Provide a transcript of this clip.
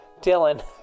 Dylan